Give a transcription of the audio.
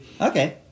Okay